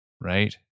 right